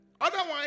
Otherwise